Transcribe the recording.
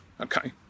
okay